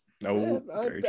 no